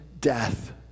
death